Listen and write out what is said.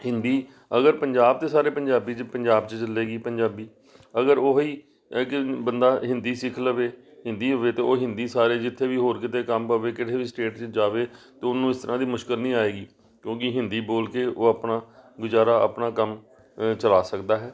ਹਿੰਦੀ ਅਗਰ ਪੰਜਾਬ ਤਾਂ ਸਾਰੇ ਪੰਜਾਬੀ 'ਚ ਪੰਜਾਬ 'ਚ ਚੱਲੇਗੀ ਪੰਜਾਬੀ ਅਗਰ ਉਹ ਹੀ ਬੰਦਾ ਹਿੰਦੀ ਸਿੱਖ ਲਵੇ ਹਿੰਦੀ ਹੋਵੇ ਤਾਂ ਉਹ ਹਿੰਦੀ ਸਾਰੇ ਜਿੱਥੇ ਵੀ ਹੋਰ ਕਿਤੇ ਕੰਮ ਪਵੇ ਕਿਸੇ ਵੀ ਸਟੇਟ 'ਚ ਜਾਵੇ ਤਾਂ ਉਹਨੂੰ ਇਸ ਤਰ੍ਹਾਂ ਦੀ ਮੁਸ਼ਕਿਲ ਨਹੀਂ ਆਵੇਗੀ ਕਿਉਂਕਿ ਹਿੰਦੀ ਬੋਲ ਕੇ ਉਹ ਆਪਣਾ ਗੁਜ਼ਾਰਾ ਆਪਣਾ ਕੰਮ ਚਲਾ ਸਕਦਾ ਹੈ